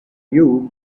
you